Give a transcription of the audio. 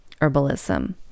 herbalism